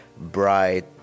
bright